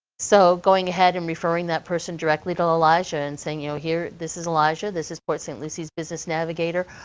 so going ahead and referring that person directly to elijah and saying, you know, here, this is elijah, this is port st. lucie is business navigator,